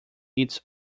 its